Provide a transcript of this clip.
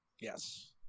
Yes